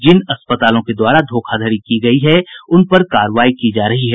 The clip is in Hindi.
जिन अस्पतालों के द्वारा धोखाधड़ी की गयी है उनपर कार्रवाई की जा रही है